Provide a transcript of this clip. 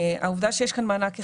העובדה שיש כאן מענק אחד,